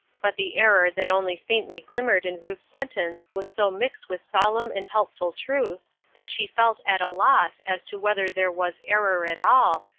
but the error that only faintly glimmered in ruth's sentence was so mixed with solemn and helpful truth that she felt at a loss as to whether there was error at all,